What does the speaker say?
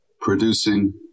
producing